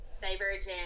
Divergent